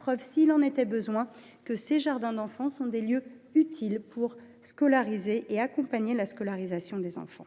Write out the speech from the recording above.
preuve, s’il en était besoin, que ces jardins d’enfants sont des lieux utiles pour scolariser et accompagner la scolarisation de ces enfants.